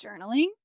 journaling